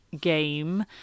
game